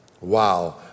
Wow